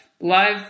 live